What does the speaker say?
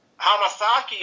Hamasaki